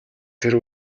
тэр